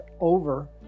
over